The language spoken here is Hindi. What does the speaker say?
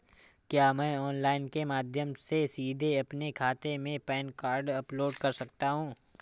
क्या मैं ऑनलाइन के माध्यम से सीधे अपने खाते में पैन कार्ड अपलोड कर सकता हूँ?